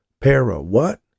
Para-what